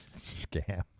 Scam